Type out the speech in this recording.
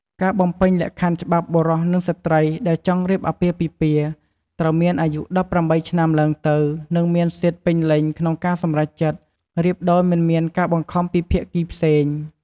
ការបំពេញលក្ខខណ្ឌច្បាប់បុរសនិងស្ត្រីដែលចង់រៀបអាពាហ៍ពិពាហ៍ ត្រូវមានអាយុ១៨ឆ្នាំឡើងទៅ និងមានសិទ្ធិពេញលេញក្នុងការសម្រេចចិត្ត រៀបដោយមិនមានការបង្ខំពីភាគីផ្សេង។